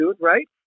right